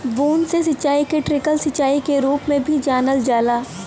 बूंद से सिंचाई के ट्रिकल सिंचाई के रूप में भी जानल जाला